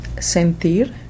sentir